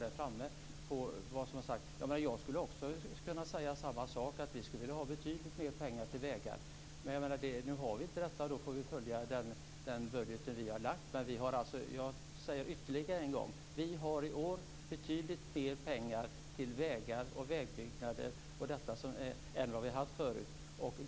Jag skulle också kunna säga samma sak, att vi vill ha betydligt mer pengar till vägar, men nu har vi inte det, så då får vi följa den budget som vi har lagt fram. Men jag säger ytterligare en gång: Vi har i år betydligt mer pengar till vägar och vägbyggen än vad vi haft tidigare.